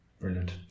Brilliant